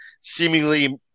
seemingly